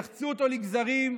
יחצו אותו לגזרים.